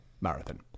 marathon